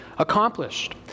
Accomplished